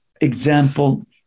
example